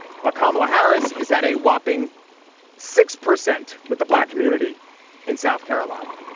but kamala harris is at a whopping six percent with the black community in south carolina.